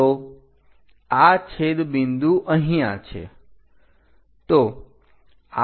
તો આ છેદ બિંદુ અહીંયા છે